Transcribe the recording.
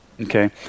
okay